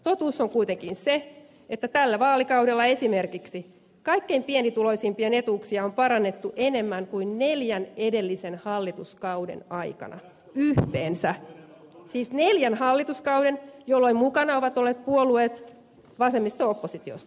totuus on kuitenkin se että tällä vaalikaudella esimerkiksi kaikkein pienituloisimpien etuuksia on parannettu enemmän kuin neljän edellisen hallituskauden aikana yhteensä siis neljän hallituskauden jolloin mukana ovat olleet puolueet vasemmisto oppositiosta